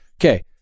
Okay